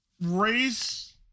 race